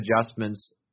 adjustments